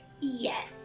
Yes